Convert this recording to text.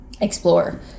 explore